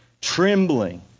trembling